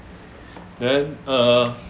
then uh